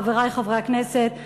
חברי חברי הכנסת,